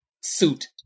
suit